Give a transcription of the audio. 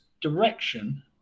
direction